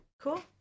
Cool